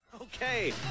Okay